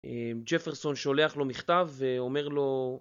ג'פרסון שולח לו מכתב ואומר לו